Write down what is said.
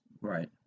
Right